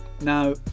now